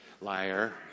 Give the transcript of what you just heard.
liar